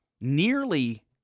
nearly